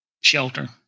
shelter